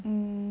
mm